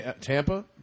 Tampa